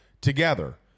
together